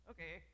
Okay